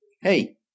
Hey